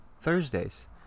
Thursdays